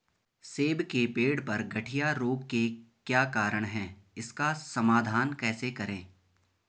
सेब के पेड़ पर गढ़िया रोग के क्या कारण हैं इसका समाधान कैसे करें?